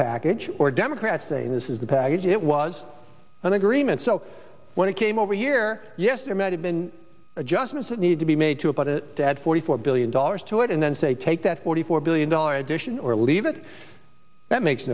package or democrats saying this is the package it was an agreement so when it came over here yes there might have been adjustments that need to be made to about it had forty four billion dollars to it and then say take that forty four billion dollars addition or leave it that makes